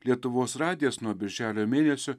lietuvos radijas nuo birželio mėnesio